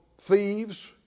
thieves